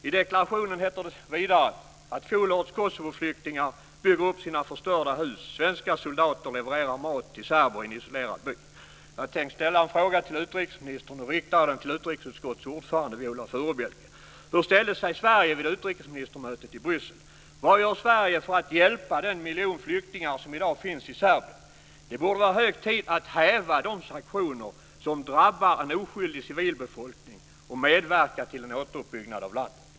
I deklarationen framgår vidare: "Fjolårets Kosovoflyktingar bygger upp sina förstörda hus. Svenska soldater levererar mat till serber i en isolerad by." Jag tänkte ställa ett par frågor till utrikesministern, men jag riktar dem till utrikesutskottets ordförande Viola Furubjelke. Hur ställde sig Sverige vid utrikesministermötet i Bryssel? Vad gör Sverige för att hjälpa den miljon flyktingar som i dag finns i Serbien? Det borde vara hög tid att häva de sanktioner som drabbar en oskyldig civilbefolkning och medverka till en återuppbyggnad av landet.